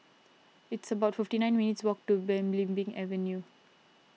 it's about fifty nine minutes' walk to Belimbing Avenue